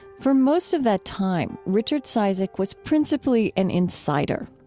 for most of that time, richard cizik was principally an insider,